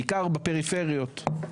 בעיקר בפריפריות,